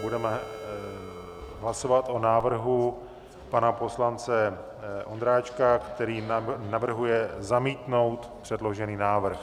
Budeme hlasovat o návrhu pana poslance Ondráčka, který navrhuje zamítnout předložený návrh.